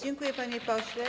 Dziękuję, panie pośle.